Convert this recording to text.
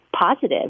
positive